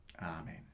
Amen